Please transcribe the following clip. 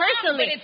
personally